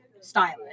stylish